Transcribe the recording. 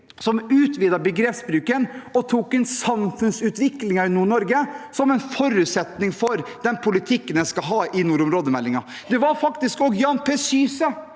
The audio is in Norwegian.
som utvidet begrepsbruken og tok inn samfunnsutviklingen i Nord-Norge som en forutsetning for den politikken en skal ha i nordområdemeldingen. Det var faktisk også Jan P. Syse